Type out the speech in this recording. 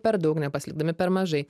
per daug nepaslėpdami per mažai